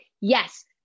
yes